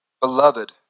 Beloved